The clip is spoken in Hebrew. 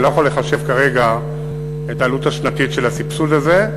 אני לא יכול לחשב כרגע את העלות השנתית של הסבסוד הזה.